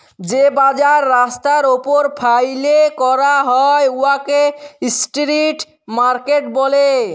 যে বাজার রাস্তার উপর ফ্যাইলে ক্যরা হ্যয় উয়াকে ইস্ট্রিট মার্কেট ব্যলে